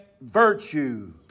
virtue